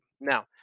Now